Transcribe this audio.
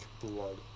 blood